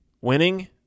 Winning